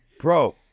Bro